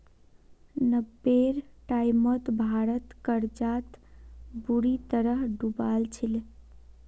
नब्बेर टाइमत भारत कर्जत बुरी तरह डूबाल छिले